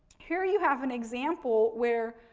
here you have an example where,